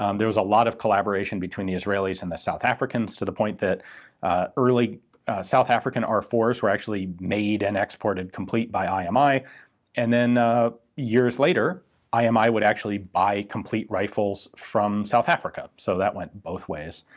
um there was a lot of collaboration between the israelis and the south africans, to the point that early south african r four s were actually made and exported complete by um imi. and then years later imi would actually buy complete rifles from south africa. so that went both ways.